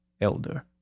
Elder